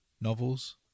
novels